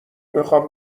میخام